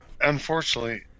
unfortunately